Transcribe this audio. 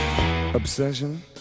obsession